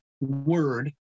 word